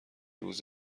روز